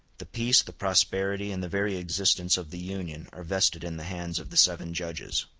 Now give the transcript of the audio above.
the peace, the prosperity, and the very existence of the union are vested in the hands of the seven judges.